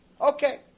Okay